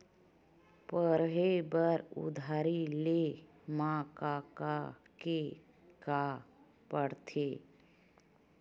पढ़े बर उधारी ले मा का का के का पढ़ते?